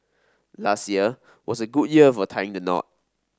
last year was a good year for tying the knot